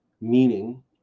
meaning